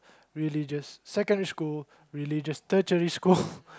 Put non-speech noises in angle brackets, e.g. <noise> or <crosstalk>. religious secondary school religious tertiary school <laughs>